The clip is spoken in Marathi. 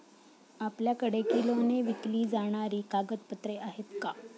आपल्याकडे किलोने विकली जाणारी कागदपत्रे आहेत का?